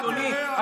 אדוני,